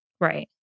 Right